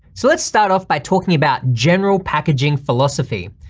so let's start off by talking about general packaging philosophy.